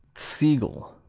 ziegel